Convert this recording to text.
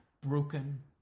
broken